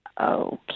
Okay